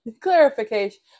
Clarification